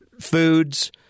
foods